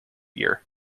year